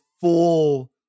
full